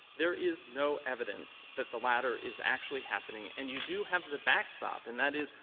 there is no evidence that the latter is actually happening, and you do have the backstop. and that is,